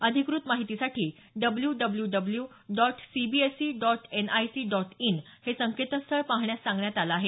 अधिकृत माहितीसाठी W W W C B S E dot N I C dot in संकेतस्थळ पाहण्यास सांगण्यात डॉट आलं आहे